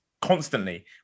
constantly